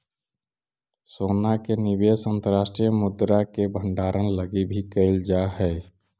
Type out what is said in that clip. सोना के निवेश अंतर्राष्ट्रीय मुद्रा के भंडारण लगी भी कैल जा हई